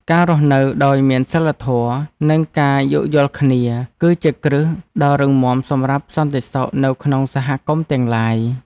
ការរស់នៅដោយមានសីលធម៌ និងការយោគយល់គ្នា គឺជាគ្រឹះដ៏រឹងមាំសម្រាប់សន្តិសុខនៅក្នុងសហគមន៍ទាំងមូល។